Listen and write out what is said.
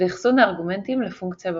ואחסון הארגומנטים לפונקציה במחסנית.